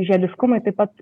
žiediškumui taip pat